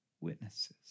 witnesses